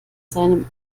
seinem